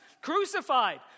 Crucified